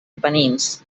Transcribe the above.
apenins